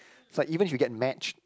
is like even if you get matched